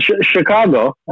Chicago